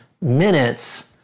minutes